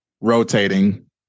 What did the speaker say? rotating